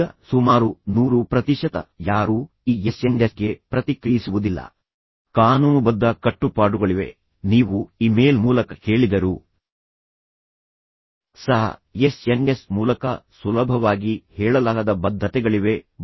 ಈಗ ಸುಮಾರು 100 ಪ್ರತಿಶತ ಯಾರೂ ಈ ಎಸ್ಎಂಎಸ್ಗೆ ಪ್ರತಿಕ್ರಿಯಿಸುವುದಿಲ್ಲ ಕಾನೂನುಬದ್ಧ ಕಟ್ಟುಪಾಡುಗಳಿವೆ ನೀವು ಇಮೇಲ್ ಮೂಲಕ ಕೇಳಿದರೂ ಸಹ ಎಸ್ಎಂಎಸ್ ಮೂಲಕ ಸುಲಭವಾಗಿ ಹೇಳಲಾಗದ ಬದ್ಧತೆಗಳಿವೆ